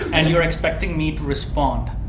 and you're expecting me to respond,